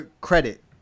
credit